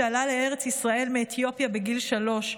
שעלה לארץ ישראל מאתיופיה בגיל שלוש,